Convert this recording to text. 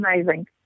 amazing